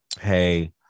hey